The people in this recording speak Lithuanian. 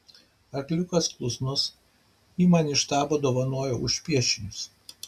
arkliukas klusnus jį man iš štabo dovanojo už piešinius